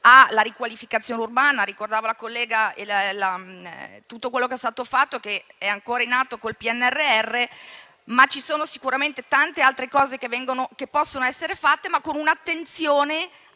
alla riqualificazione urbana. Ricordava la collega tutto quello che è stato fatto e che è ancora in atto con il PNRR, ma ci sono sicuramente tante altre cose che possono essere sviluppate, con un'attenzione